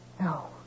No